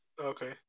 Okay